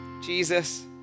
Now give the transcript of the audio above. Jesus